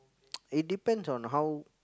it depends on how